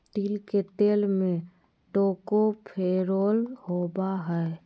तिल के तेल में टोकोफेरोल होबा हइ